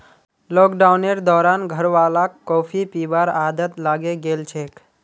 लॉकडाउनेर दौरान घरवालाक कॉफी पीबार आदत लागे गेल छेक